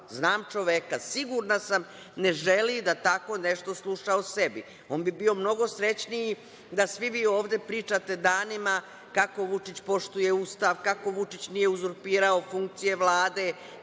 znam čoveka, ne želi da tako nešto sluša o sebi. On bi bio mnogo srećniji da svi ovde pričate danima kako Vučić poštuje Ustav, kako Vučić nije uzurpirao funkcije Vlade,